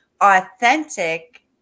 authentic